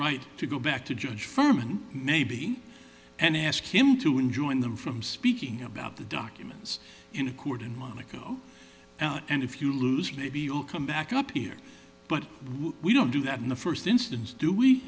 right to go back to judge firman maybe and ask him to enjoin them from speaking about the documents in a court in monaco and if you lose maybe you'll come back up here but we don't do that in the first instance do we